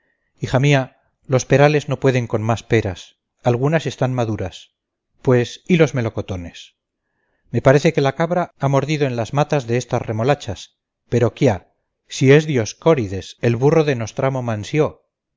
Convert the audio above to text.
hija mía los perales no pueden con más peras algunas están maduras pues y los melocotones me parece que la cabra ha mordido en las matas de estas remolachas pero quia si es dioscórides el burro de nostramo mansió